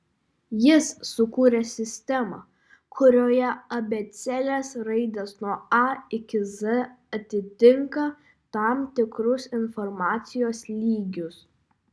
jis sukūrė sistemą kurioje abėcėlės raidės nuo a iki z atitinka tam tikrus informacijos lygius